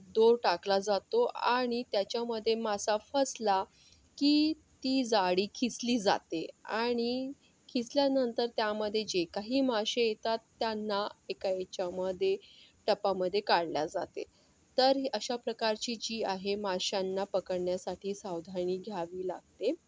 दोर टाकला जातो आणि त्याच्यामध्ये मासा फसला की ती जाळी खेचली जाते आणि खेचल्यानंतर त्यामध्ये जे काही मासे येतात त्यांना एका याच्यामध्ये टबामध्ये काढले जाते तर अशा प्रकारची जी आहे माश्यांना पकडण्यासाठी सावधानी घ्यावी लागते